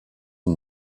une